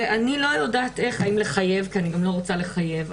אני לא יודעת האם לחייב, אני לא רוצה לחייב.